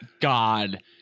god